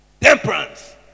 Temperance